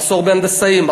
מחסור בהנדסאים,